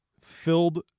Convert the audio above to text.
filled